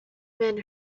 men